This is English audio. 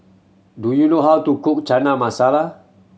do you know how to cook Chana Masala